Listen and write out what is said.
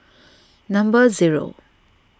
number zero